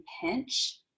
pinch